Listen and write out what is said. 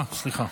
אה, סליחה.